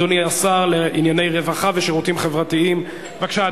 אדוני השר לענייני רווחה ושירותים חברתיים, בבקשה.